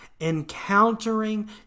encountering